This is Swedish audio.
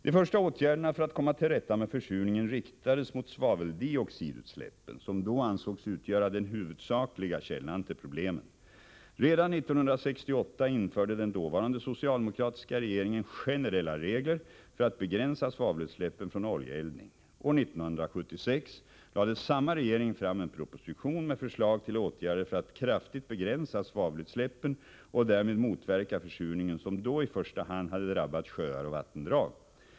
De första åtgärderna för att komma till rätta med försurningen riktades mot svaveldioxidutsläppen, som då ansågs utgöra den huvudsakliga källan till problemen. Redan 1968 införde den dåvarande socialdemokratiska regeringen generella regler för att begränsa svavelutsläppen från oljeeldning. År 1976 lade samma regering fram en proposition med förslag till åtgärder för att kraftigt begränsa svavelutsläppen och därmed motverka försurningen, som då i första hand hade drabbat sjöar och vattendrag.